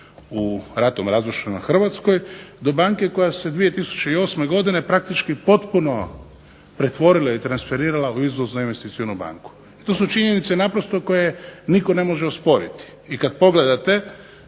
u ratom razrušenoj Hrvatskoj do banke koja se 2008. godine praktički potpuno pretvorila i transferirala u izvoznu investicijsku banku. I to su činjenice naprosto koje nitko ne može osporiti. I kad pogledate